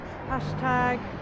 Hashtag